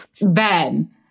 Ben